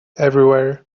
everywhere